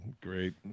Great